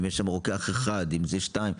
אם יש רוקח אחד או שניים?